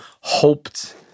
hoped